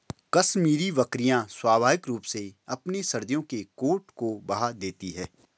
कश्मीरी बकरियां स्वाभाविक रूप से अपने सर्दियों के कोट को बहा देती है